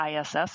ISS